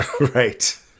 Right